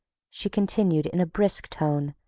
she continued in a brisk tone,